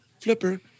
Flipper